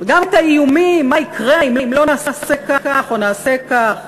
גם עם האיומים מה יקרה אם לא נעשה כך או נעשה כך.